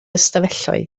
ystafelloedd